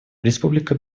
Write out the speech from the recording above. республика